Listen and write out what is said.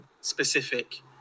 specific